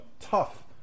tough